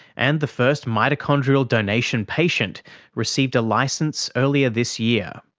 and the first mitochondrial donation patient received a licence earlier this year.